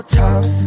tough